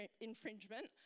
infringement